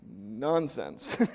Nonsense